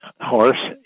horse